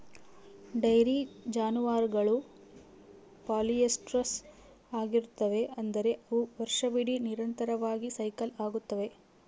dairy ಜಾನುವಾರುಗಳು polyestrous ಆಗಿರುತ್ತವೆ, ಅಂದರೆ ಅವು ವರ್ಷವಿಡೀ ನಿರಂತರವಾಗಿ ಸೈಕಲ್ ಆಗುತ್ತವೆ